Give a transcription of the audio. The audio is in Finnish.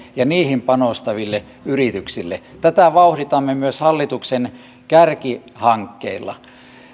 ja niihin panostaville yrityksille tätä vauhditamme myös hallituksen kärkihankkeilla